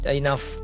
enough